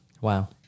Wow